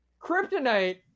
Kryptonite